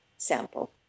Sample